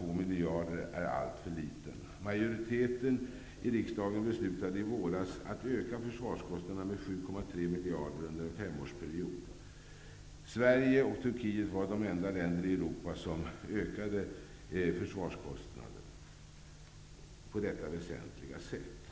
1,2 miljarder, är alltför liten. En majoritet i riksdagen beslutade i våras att öka försvarskostnaderna med 7,3 miljarder under en femårsperiod. Sverige och Turkiet var de enda länder i Europa som ökade försvarskostnaderna på detta väsentliga sätt.